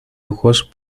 ojos